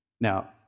Now